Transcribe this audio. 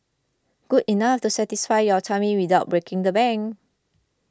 good enough to satisfy your tummy without breaking the bank